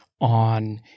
on –